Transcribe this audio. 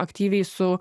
aktyviai su